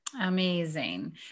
Amazing